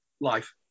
life